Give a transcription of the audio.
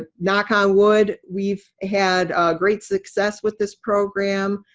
ah knock on wood, we've had great success with this program.